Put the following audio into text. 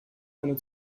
eine